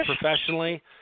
professionally